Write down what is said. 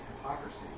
hypocrisy